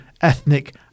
ethnic